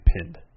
pinned